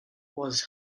was